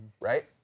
Right